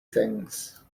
things